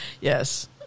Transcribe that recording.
Yes